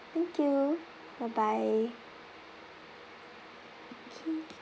thank you bye bye okay